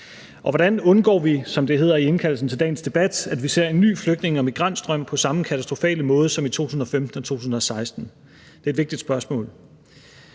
Og hvordan undgår vi, som det hedder i indkaldelsen til dagens debat, at vi ser en ny flygtninge- og migrantstrøm på samme katastrofale måde som i 2015 og 2016? Det er et vigtigt spørgsmål.